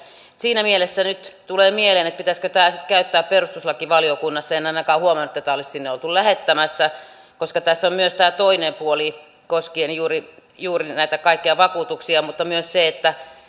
siinä mielessä nyt tulee mieleen pitäisikö tämä sitten käyttää perustuslakivaliokunnassa en ainakaan huomannut että tätä olisi sinne oltu lähettämässä koska tässä on myös tämä toinen puoli koskien juuri juuri näitä kaikkia vakuutuksia mutta